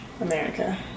America